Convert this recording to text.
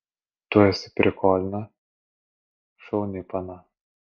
tu esi prikolna šauni pana